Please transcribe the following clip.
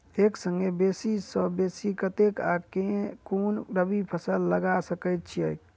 एक संगे बेसी सऽ बेसी कतेक आ केँ कुन रबी फसल लगा सकै छियैक?